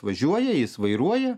važiuoja jis vairuoja